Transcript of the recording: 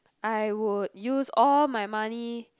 I would use all my money